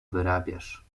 wyrabiasz